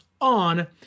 on